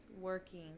working